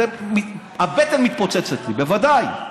הבטן מתפוצצת לי, בוודאי.